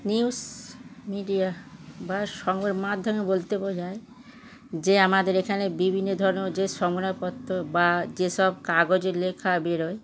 news media বা সংবাদ মাধ্যমে বলতে বোঝায় যে আমাদের এখানে বিভিন্ন ধরনের যে সংবাদপত্র বা যেসব কাগজে লেখা বের হয়